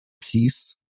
peace